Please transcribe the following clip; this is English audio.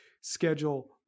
schedule